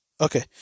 Okay